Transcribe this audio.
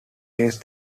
race